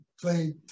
play